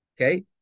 Okay